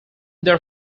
their